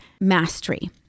mastery